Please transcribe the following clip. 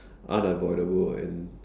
unavoidable and